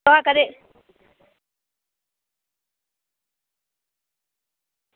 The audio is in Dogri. कदें